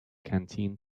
canteen